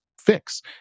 fix